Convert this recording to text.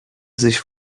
sich